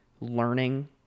learning